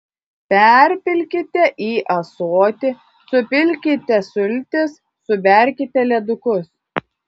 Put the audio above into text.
perpilkite į ąsotį supilkite sultis suberkite ledukus